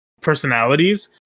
personalities